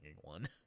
one